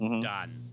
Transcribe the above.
done